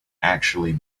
actually